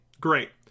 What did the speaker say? great